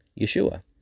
Yeshua